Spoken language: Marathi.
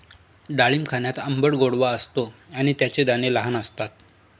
डाळिंब खाण्यात आंबट गोडवा असतो आणि त्याचे दाणे लहान असतात